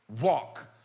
walk